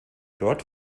dort